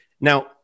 Now